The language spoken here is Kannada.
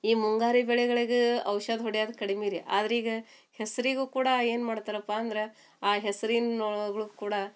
ಈ ಮುಂಗಾರಿ ಬೆಳೆಗಳಿಗ ಔಷಧಿ ಹೊಡಿಯೋದ್ ಕಡ್ಮೆ ರೀ ಆದ್ರೆ ಈಗ ಹೆಸರಿಗೂ ಕೂಡ ಏನು ಮಾಡ್ತಾರಪ್ಪ ಅಂದ್ರೆ ಆ ಹೆಸ್ರಿನ ಒಳ್ಗೂ ಕೂಡ